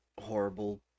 horrible